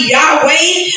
Yahweh